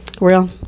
Real